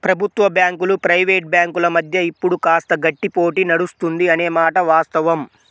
ప్రభుత్వ బ్యాంకులు ప్రైవేట్ బ్యాంకుల మధ్య ఇప్పుడు కాస్త గట్టి పోటీ నడుస్తుంది అనే మాట వాస్తవం